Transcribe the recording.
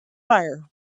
fire